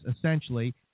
essentially